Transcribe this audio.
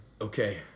Okay